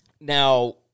Now